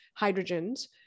hydrogens